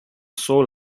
sole